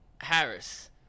Harris